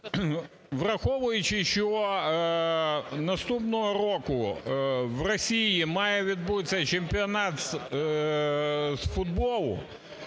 Враховуючи, що наступного року в Росії має відбутися чемпіонат з футболу,